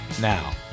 Now